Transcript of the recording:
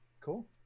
Cool